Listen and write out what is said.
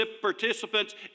participants